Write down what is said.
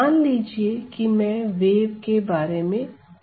मान लीजिए कि मैं वेव के बारे में बात कर रहा हूं